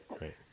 right